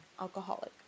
alcoholic